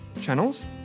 channels